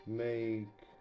make